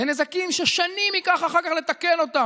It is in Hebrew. זה נזקים שייקח אחר כך שנים לתקן אותם.